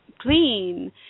clean